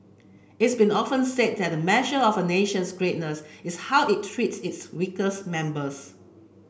it's been often said that a measure of a nation's greatness is how it treats its weakest members